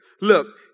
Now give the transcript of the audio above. Look